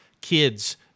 kids